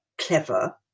clever